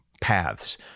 paths